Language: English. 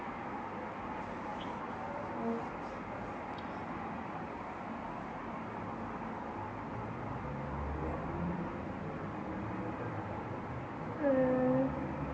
mm uh